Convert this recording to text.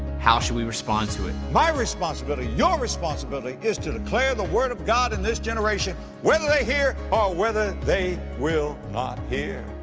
how should we respond to it? my responsibility, your responsibility is to declare the word of god in this generation whether they hear or whether they will not hear.